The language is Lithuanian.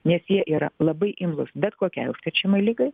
nes jie yra labai imlūs bet kokiai užkrečiamai liga